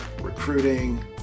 recruiting